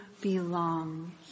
belong